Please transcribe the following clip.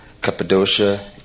Cappadocia